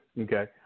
Okay